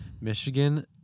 Michigan